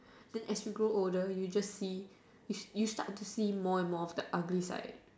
then as you grow older you just see you you start to see more and more of the ugly side